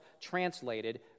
translated